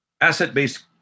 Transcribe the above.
Asset-based